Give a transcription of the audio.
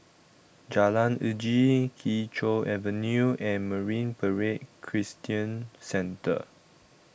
Jalan Uji Kee Choe Avenue and Marine Parade Christian Centre